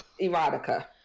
erotica